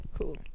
Cool